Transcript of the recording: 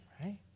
right